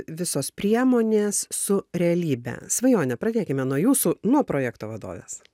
visos priemonės su realybe svajone pradėkime nuo jūsų nuo projekto vadovės